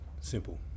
simple